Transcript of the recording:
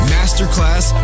Masterclass